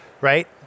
right